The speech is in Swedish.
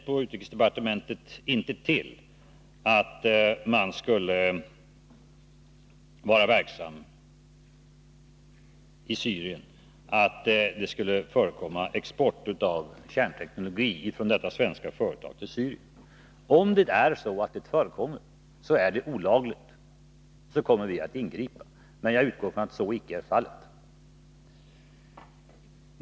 På utrikesdepartementet känner vi inte till att det skulle förekomma export av kärnteknologi från detta svenska företag till Syrien. Om en sådan export förekommer är den olaglig, och vi kommer då att ingripa, men jag utgår ifrån att så icke är fallet.